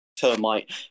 termite